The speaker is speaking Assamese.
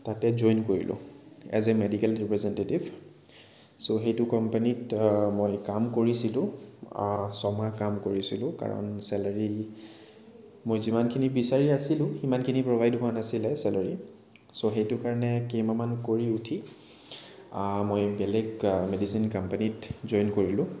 তাতে জইন কৰিলোঁ as a medical representative so সেইটো কোম্পানীত মই কাম কৰিছিলোঁ ছয়মাহ কাম কৰিছিলোঁ কাৰণ ছেলাৰি মই যিমানখিনি বিচাৰি আছিলোঁ সিমানখিনি প্ৰভাইদ হোৱা নাছিল ছেলাৰি চ' সেইটো কাৰণে কেইমাহমান কৰি উঠি মই বেলেগ মেডিচিন কোম্পানীত জইন কৰিলোঁ